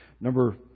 Number